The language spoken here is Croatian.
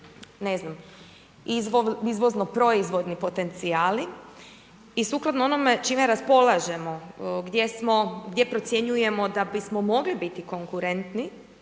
ne znam izvozno proizvodni potencijali. I sukladno onome čime raspolažemo, gdje procjenjujemo da bismo mogli biti konkurentni